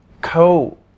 co